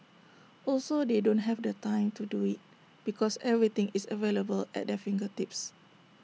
also they don't have the time to do IT because everything is available at their fingertips